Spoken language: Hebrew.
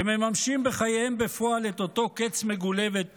שמממשים בחייהם בפועל את אותו קץ מגולה ואת